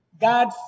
God